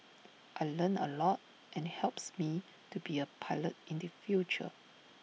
I learnt A lot and helps me to be A pilot in the future